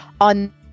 on